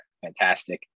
fantastic